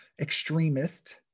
extremist